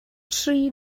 tri